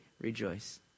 rejoice